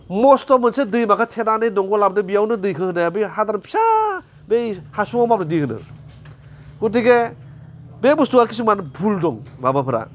मस्थ' मोनसे दैमाखौ थेनानै दंग लाबोदों बेयावनो दैखौ होनो हाया बे हादान फिसा बै हासुंआव माब्रै दै होनो गथिखे बे बुस्थुवा खिसुमान भुल दं माबाफोरा